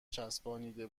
چسبانیده